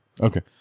Okay